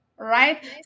right